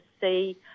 see